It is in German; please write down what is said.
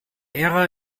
ära